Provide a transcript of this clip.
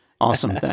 Awesome